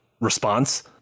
response